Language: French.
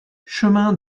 chemin